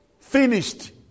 finished